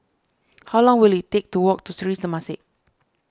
how long will it take to walk to Sri Temasek